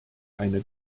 eine